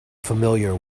familiar